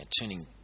turning